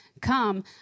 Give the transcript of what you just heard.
come